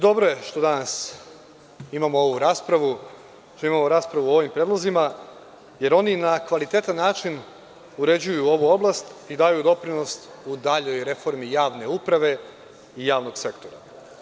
Dobro je što danas imamo ovu raspravu, što imamo raspravu o ovim predlozima, jer oni na kvalitetan način uređuju ovu oblast i daju doprinos u daljoj reformi javne uprave i javnog sektora.